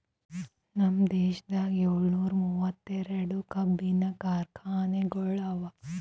ನಮ್ ದೇಶದಾಗ್ ಏಳನೂರ ಮೂವತ್ತೆರಡು ಕಬ್ಬಿನ ಕಾರ್ಖಾನೆಗೊಳ್ ಅವಾ